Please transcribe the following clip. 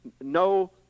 no